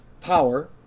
power